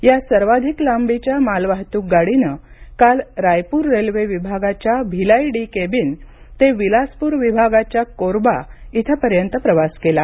या सर्वाधिक लांबीच्या मालवाहतूक गाडीनं काल रायपूर रेल्वे विभागाच्या भिलाई डी केबिन ते विलासपूर विभागाच्या कोरबा इथपर्यंत प्रवास केला